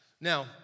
Now